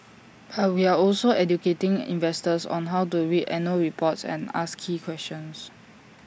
but we're also educating investors on how to read annual reports and ask key questions